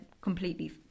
completely